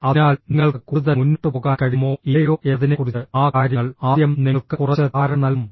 അതിനാൽ നിങ്ങൾക്ക് കൂടുതൽ മുന്നോട്ട് പോകാൻ കഴിയുമോ ഇല്ലയോ എന്നതിനെക്കുറിച്ച് ആ കാര്യങ്ങൾ ആദ്യം നിങ്ങൾക്ക് കുറച്ച് ധാരണ നൽകും